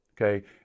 okay